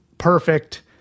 perfect